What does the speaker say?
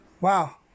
wow